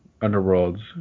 Underworld's